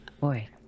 Boy